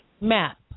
map